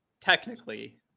Technically